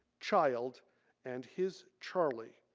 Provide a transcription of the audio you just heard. child and his charlie,